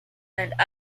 and